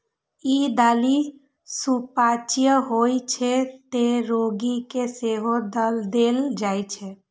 ई दालि सुपाच्य होइ छै, तें रोगी कें सेहो देल जाइ छै